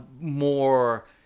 more